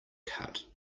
cut